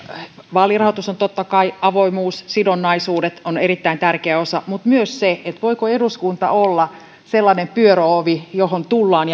vaalirahoituksessa totta kai avoimuus ja sidonnaisuudet ovat erittäin tärkeä osa mutta myös se voiko eduskunta olla sellainen pyöröovi josta tullaan